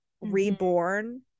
reborn